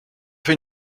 fais